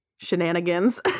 shenanigans